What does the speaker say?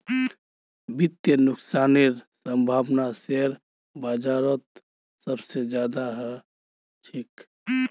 वित्तीय नुकसानेर सम्भावना शेयर बाजारत सबसे ज्यादा ह छेक